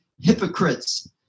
hypocrites